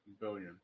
billion